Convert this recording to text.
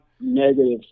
negative